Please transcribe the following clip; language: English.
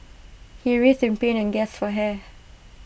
he writhed in pain gasped for air